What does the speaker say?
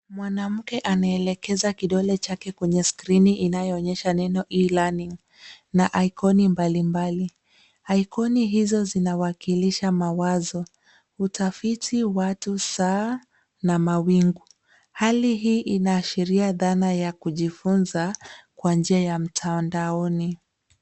Mwanamke anaelekeza kidole chake kwenye skrini inayoonyesha neno (cs)E-learning (cs) na ikoni mbalimbali. Ikoni hizo zinawakilisha mawazo. Utafiti watu saa na mawingu. Hali hii inaashiria dhana ya kujifunza kwa njia ya mtandaoni.